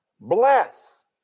Bless